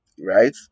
Right